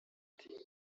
ati